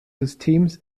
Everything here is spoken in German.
systems